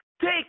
take